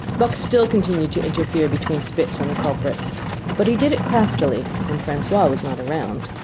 buck still continued to interfere between spitz and the culprits but he did it craftily, when francois was not around,